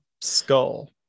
skull